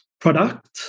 product